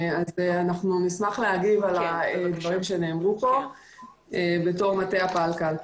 נשמח להגיב על הדברים שנאמרו פה בתור מטה הפלקל.